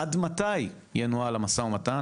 עד מתי ינוהל המו"מ,